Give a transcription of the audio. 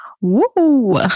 Woo